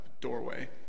doorway